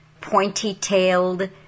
pointy-tailed